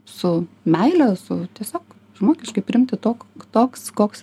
su meile su tiesiog žmogiškai priimti tok toks koks